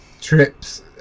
trips